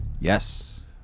Yes